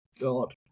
God